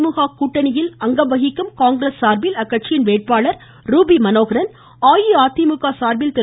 திமுக கூட்டணியில் அங்கம்வகிக்கும் காங்கிரஸ் சார்பில் அக்கட்சி வேட்பாளர் ரூபி மனோகரன் அஇஅதிமுக சார்பில் திரு